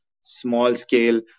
small-scale